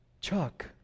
Chuck